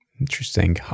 Interesting